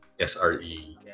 SRE